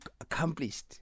accomplished